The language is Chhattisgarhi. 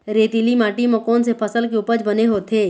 रेतीली माटी म कोन से फसल के उपज बने होथे?